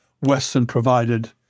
Western-provided